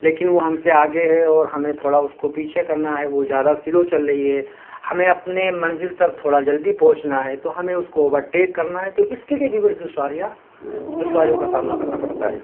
لیکن وہ ہم سے آگے ہے اور ہمیں تھوڑا اس کو پیچھے کرنا ہے وہ زیادہ سلو چل رہی ہے ہمیں اپنے منزل تک تھوڑا جلدی پہنچنا ہے تو ہمیں اس کو اوورٹیک کرنا ہے تو اس کے لیے بھی بڑی دشواریاں دشواریوں کا سامنا کرنا پڑتا ہے